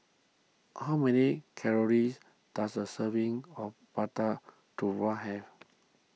how many calories does a serving of Prata Telur have